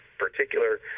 Particular